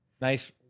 nice